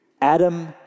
Adam